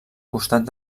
costat